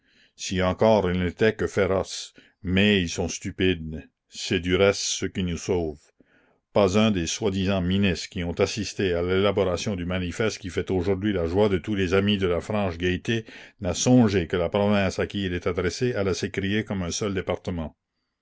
si encore ils n'étaient que féroces mais ils sont stupides c'est du reste ce qui nous sauve pas un des soi-disant ministres qui ont assisté à l'élaboration du manifeste qui fait aujourd'hui la joie de tous les amis de la franche gaieté n'a songé la commune que la province à qui il est adressé allait s'écrier comme un seul département